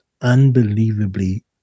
unbelievably